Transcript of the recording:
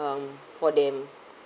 um for them